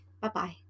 Bye-bye